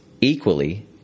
Equally